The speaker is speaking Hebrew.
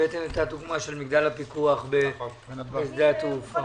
הבאתם את הדוגמה של מגדל הפיקוח בשדה התעופה.